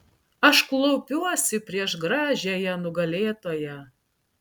aš klaupiuosi prieš gražiąją nugalėtoją